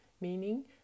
meaning